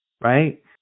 right